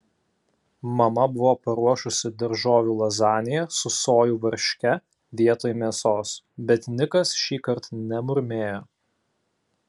mama buvo paruošusi daržovių lazaniją su sojų varške vietoj mėsos bet nikas šįkart nemurmėjo